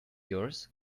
yours